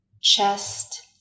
chest